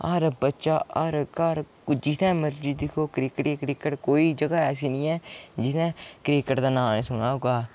हर बच्चा हर घर कोई जित्थै मर्जी दिक्खो क्रिकेट गै क्रिकेट कोई जगह् ऐसी निं ऐ जित्थै क्रिकेट दा नां नेईं सुने दा होग्गा